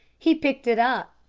he picked it up.